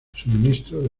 suministro